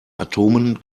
atomen